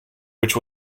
which